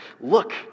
look